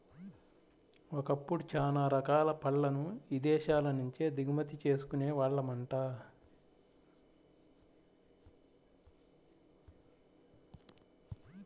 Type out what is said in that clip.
ఒకప్పుడు చానా రకాల పళ్ళను ఇదేశాల నుంచే దిగుమతి చేసుకునే వాళ్ళమంట